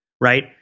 right